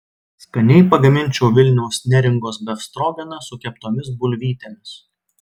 skaniai pagaminčiau vilniaus neringos befstrogeną su keptomis bulvytėmis